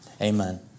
amen